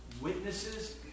witnesses